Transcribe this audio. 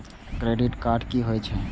Credit card की होय छै?